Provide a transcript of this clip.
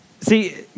See